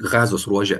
gazos ruože